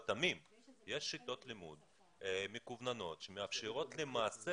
יש שיטות לימוד מקווננות שמאפשרות למעשה